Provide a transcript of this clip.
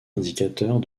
indicateurs